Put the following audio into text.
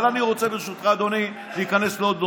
אבל אני רוצה, ברשותך אדוני, להיכנס לעוד נושא.